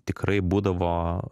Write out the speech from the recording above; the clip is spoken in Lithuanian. tikrai būdavo